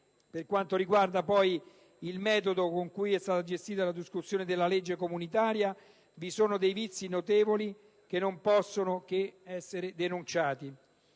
Per quanto riguarda il metodo con cui è stata gestita la discussione della legge comunitaria, vi sono dei vizi notevoli che non possono non essere denunciati: